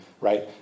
Right